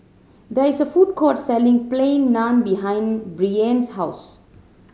there is a food court selling Plain Naan behind Brianne's house